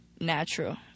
natural